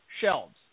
shelves